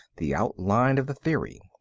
the outline of the theory.